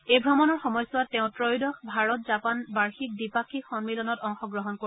এই অমণৰ সময়ছোৱাত তেওঁ ত্ৰয়োদশ ভাৰত জাপান বাৰ্ষিক দ্বিপাক্ষিক সন্মিলনত অংশগ্ৰহণ কৰিব